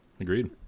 Agreed